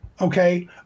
Okay